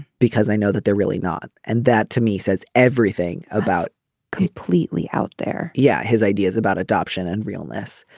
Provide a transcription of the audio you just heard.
because i know that they're really not. and that to me says everything about completely out there. yeah. his ideas about adoption and real ness.